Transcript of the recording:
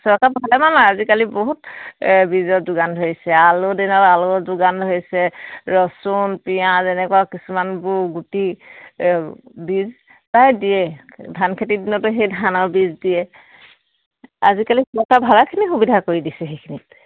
চৰকাৰ ভালেমান আজিকালি বহুত বীজৰ যোগান ধৰিছে আলুৰ দিনত আলুৰ যোগান ধৰিছে ৰচুন পিঁয়াজ এনেকুৱা কিছুমানবোৰ গুটি বীজ প্ৰায় দিয়ে ধান খেতিৰ দিনতো সেই ধানৰ বীজ দিয়ে আজিকালি চৰকাৰ ভালেখিনি সুবিধা কৰি দিছে সেইখিনিত